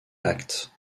act